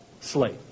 slate